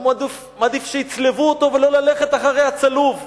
היה מעדיף שיצלבו אותו ולא ללכת אחרי הצלוב.